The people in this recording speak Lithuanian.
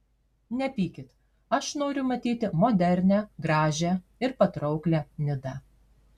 nepykit aš noriu matyti modernią gražią ir patrauklią nidą